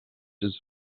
has